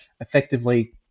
Effectively